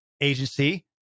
agency